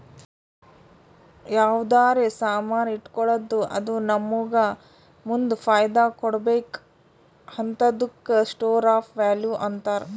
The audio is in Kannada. ಯಾವ್ದರೆ ಸಾಮಾನ್ ಇಟ್ಗೋಳದ್ದು ಅದು ನಮ್ಮೂಗ ಮುಂದ್ ಫೈದಾ ಕೊಡ್ಬೇಕ್ ಹಂತಾದುಕ್ಕ ಸ್ಟೋರ್ ಆಫ್ ವ್ಯಾಲೂ ಅಂತಾರ್